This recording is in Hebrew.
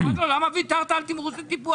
אמרתי לו: למה ויתרת על תמרוץ וטיפוח?